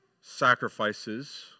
sacrifices